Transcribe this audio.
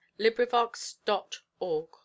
LibriVox.org